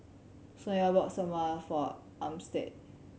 Sonya bought Samosa for Armstead